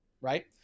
right